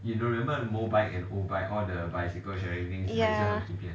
ya